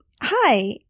Hi